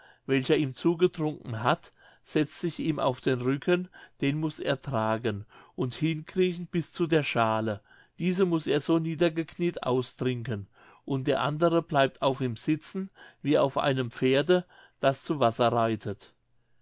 welcher ihm zugetrunken hat setzt sich ihm auf den rücken den muß er tragen und hinkriechen bis zu der schale diese muß er so niedergekniet austrinken und der andere bleibt auf ihm sitzen wie auf einem pferde das zu wasser reitet